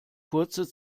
kurze